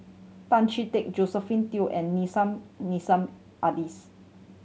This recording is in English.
Tan Chee Teck Josephine Teo and Nissim Nassim Adis